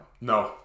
No